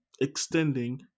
extending